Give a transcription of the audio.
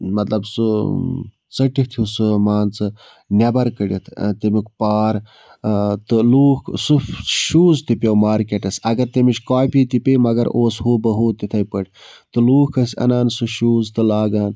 مطلَب سُہ ژٔٹِتھ ہیٛوٗ سُہ مان ژٕ نٮ۪بَر کٔڈِتھ تَمیُک پار تہٕ لوٗکھ سُہ شوٗز تہِ پٮ۪وو مارکیٹَس اگر تمِچ کاپی تہِ پیٚیہِ مگر اوس ہُو بہ ہُو تِتھَے پٲٹھۍ تہٕ لوٗکھ ٲسۍ اَنان سُہ شوٗز تہٕ لاگان